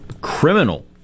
criminal